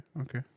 Okay